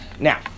now